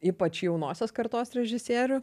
ypač jaunosios kartos režisierių